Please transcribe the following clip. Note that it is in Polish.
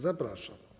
Zapraszam.